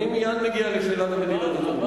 אני מייד מגיע לשאלת המדינות התורמות,